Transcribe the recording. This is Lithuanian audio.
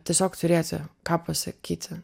tiesiog turėti ką pasakyti